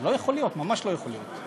לא יכול להיות, ממש לא יכול להיות.